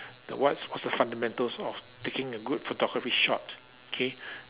the what's what's the fundamentals of taking a good photography shot okay